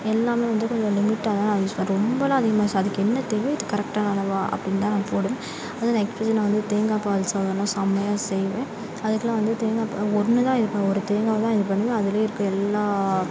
எல்லாமே வந்து கொஞ்சம் லிமிட்டாகதான் நான் யூஸ் பண்ணுறேன் ரொம்பலாம் அதிகமாக யூஸ் ஆகாது அதுக்கு என்ன தேவையோ அது கரெட்டான அளவாக அப்படின்தான் நான் போடுவேன் அதே நான் எப்போதும் நான் வந்து தேங்காய் பால் சாதலாம் செம்மையா செய்வேன் அதுக்குலாம் வந்து தேங்காய் பால் ஒன்றுதான் இருக்கும் ஒரு தேங்காய்தான் இது பண்ணுவோம் அதுல இருக்கு எல்லா